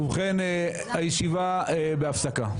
הישיבה בהפסקה.